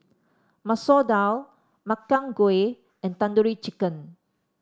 Masoor Dal Makchang Gui and Tandoori Chicken